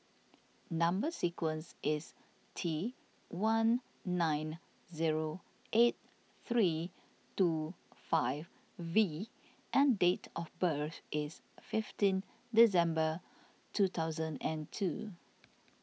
Number Sequence is T one nine zero eight three two five V and date of birth is fifteen December two thousand and two